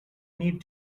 need